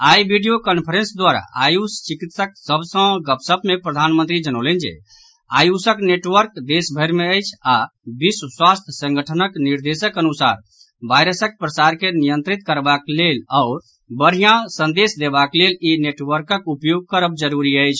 आइ video conference द्वारा आयुष चिकित्सक सभ सँ गपशप मे प्रधानमंत्री जनौलनि जे आयुषक नेटवर्क देशभरि मे अछि आओर विश्व स्वास्थ्य संगठनक निर्देशक अनुसार वायरसक प्रसार के नियंत्रित करबाक लेल आओर बढ़िया संदेश देबाक लेल ई नेटवर्कक उपयोग करब जरूरी अछि